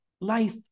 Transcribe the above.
life